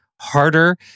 harder